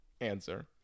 answer